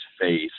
face